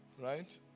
Right